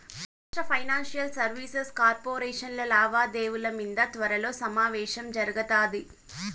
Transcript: రాష్ట్ర financial services corporation లావాదేవిల మింద త్వరలో సమావేశం జరగతాది